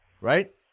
right